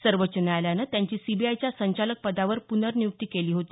सर्वोच्च न्यायालयानं त्यांची सीबीआयच्या संचालक पदावर पुनर्नियुक्ती केली होती